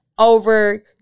over